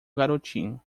garotinho